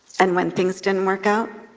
and when things didn't work out,